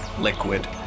liquid